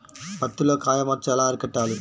పత్తిలో కాయ మచ్చ ఎలా అరికట్టాలి?